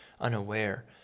unaware